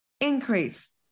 increase